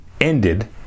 ended